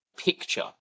picture